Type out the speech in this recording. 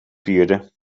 vierde